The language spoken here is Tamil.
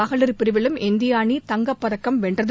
மகளிர் பிரிவிலும் இந்திய அணி தங்கப் பதக்கம் வென்றது